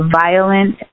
violent